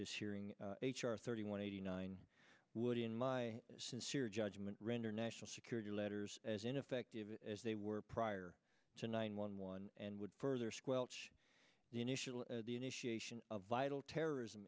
this hearing h r thirty one eighty nine would in my sincere judgment render national security letters as ineffective as they were prior to nine one one and would further squelch the initial the initiation of vital terrorism